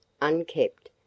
unkept